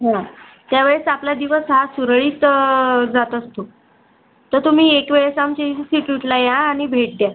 हा त्यावेळेस आपला दिवस हा सुरळीत जात असतो तर तुम्ही एकवेळेस आमच्या इन्स्टिट्यूटला या आणि भेट द्या